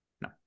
No